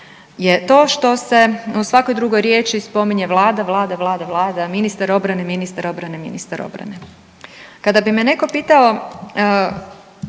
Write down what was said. je to što se u svakoj drugoj riječi spominje Vlada, Vlada, ministar obrane, ministar obrane, ministar obrane. Kada bi me netko pitao